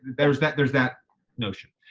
there's that, there's that notion.